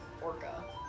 Orca